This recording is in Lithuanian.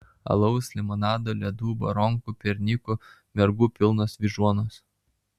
alaus limonado ledų baronkų piernykų mergų pilnos vyžuonos